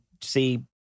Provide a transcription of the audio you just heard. see